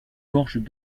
gorges